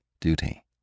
duty